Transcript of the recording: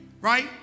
right